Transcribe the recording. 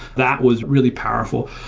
that was really powerful.